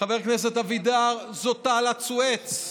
חבר הכנסת אבידר, זאת תעלת סואץ.